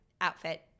outfit